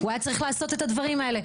הוא היה צריך לעשות את הדברים האלה.